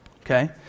okay